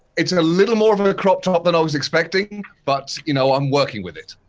it's a little more of and a crop top then i was expecting but you know, i'm working with it.